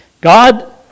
God